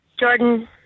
Jordan